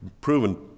proven